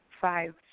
five